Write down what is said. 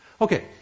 Okay